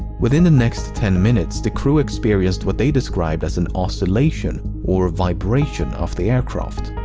within the next ten minutes, the crew experienced what they described as an oscillation or vibration of the aircraft.